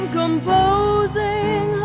composing